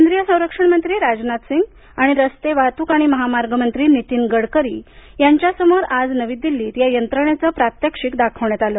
केंद्रीय संरक्षण मंत्री राजनाथ सिंग आणि रस्ते वाहतूक आणि महामार्ग मंत्री नीतीन गडकरी यांच्यासमोर आज नवी दिल्लीत या यंत्रणेचं प्रात्यक्षिक दाखवण्यात आलं